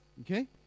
okay